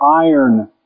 iron